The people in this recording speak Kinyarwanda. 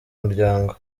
muryango